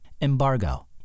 embargo